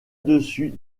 dessus